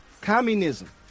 communism